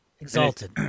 Exalted